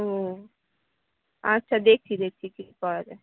ও আচ্ছা দেখছি দেখছি কী করা যায়